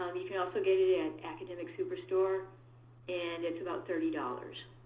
um you can also get it at academic superstore and it's about thirty dollars.